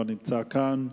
לא נמצא כאן.